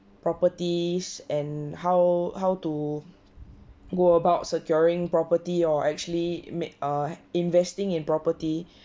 properties and how how to go about securing property or actually make err investing in property